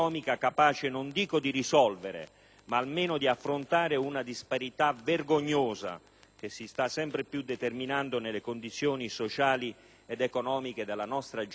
ma almeno di affrontare una disparità vergognosa che si sta sempre più determinando nelle condizioni sociali ed economiche della nostra gente e del nostro Paese.